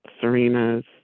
Serena's